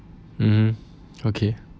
mmhmm okay